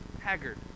Haggard